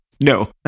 No